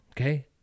okay